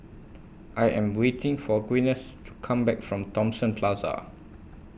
I Am waiting For Gwyneth to Come Back from Thomson Plaza